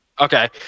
Okay